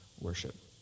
worship